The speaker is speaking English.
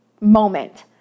moment